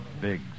big